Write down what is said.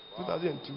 2002